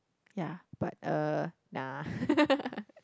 ya but uh nah